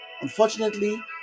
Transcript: Unfortunately